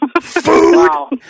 Food